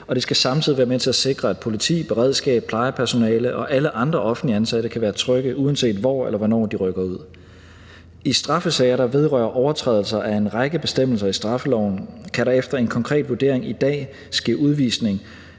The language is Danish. og det skal samtidig være med til at sikre, at politi, beredskab, plejepersonale og alle andre offentligt ansatte kan være trygge, uanset hvor eller hvornår de rykker ud. I straffesager, der vedrører overtrædelse af en række bestemmelser i straffeloven, kan der efter en konkret vurdering i dag ske udvisning